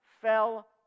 fell